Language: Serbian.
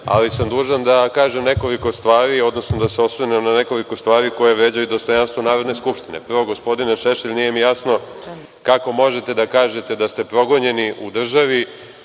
ali sam dužan da kažem nekoliko stvari, odnosno da se osvrnem na nekoliko stvari koje vređaju dostojanstvo Narodne skupštine. Prvo, gospodine Šešelj, nije mi jasno kako možete da kažete da ste progonjeni u državi